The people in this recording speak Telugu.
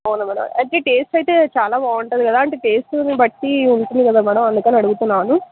అవును మ్యాడమ్ అయితే టేస్ట్ అయితే చాలా బాగుంటుంది కదా అంటే టేస్టును బట్టి ఉంటుంది కదా మ్యాడమ్ అందుకని అడుగుతున్నాను